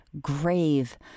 grave